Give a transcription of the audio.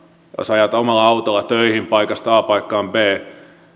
ajat omalla autolla töihin paikasta a paikkaan b